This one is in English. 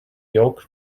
yolk